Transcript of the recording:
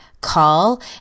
call